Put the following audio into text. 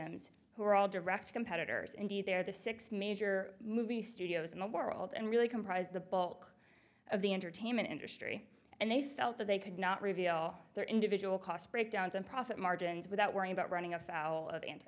are all direct competitors indeed they're the six major movie studios in the world and really comprise the bulk of the entertainment industry and they felt that they could not reveal their individual cost breakdowns and profit margins without worrying about running afoul of